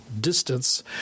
distance